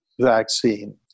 vaccine